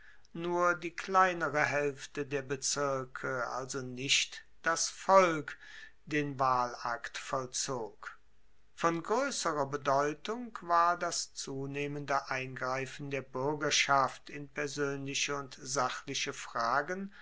nur die kleinere haelfte der bezirke also nicht das volk den wahlakt vollzog von groesserer bedeutung war das zunehmende eingreifen der buergerschaft in persoenliche und sachliche fragen